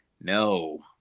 No